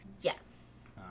Yes